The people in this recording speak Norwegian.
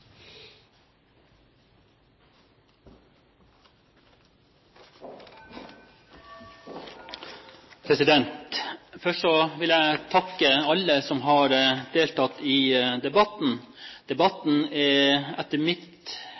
Først vil jeg takke alle som har deltatt i debatten. Debatten er etter